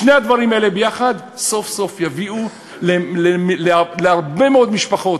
שני הדברים האלה ביחד סוף-סוף יביאו להרבה מאוד משפחות,